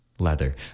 Leather